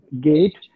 gate